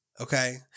Okay